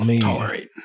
tolerate